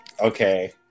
Okay